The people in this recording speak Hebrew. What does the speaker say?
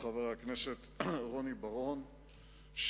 חבר הכנסת רוני בר-און,